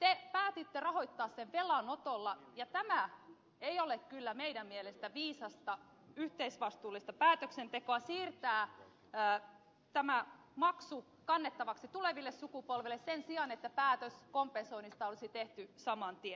te päätitte rahoittaa sen velanotolla ja tämä ei ole kyllä meidän mielestämme viisasta yhteisvastuullista päätöksentekoa se että siirretään tämä maksu kannettavaksi tuleville sukupolville sen sijaan että päätös kompensoinnista olisi tehty saman tien